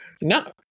No